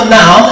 now